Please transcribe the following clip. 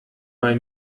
bei